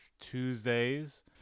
Tuesdays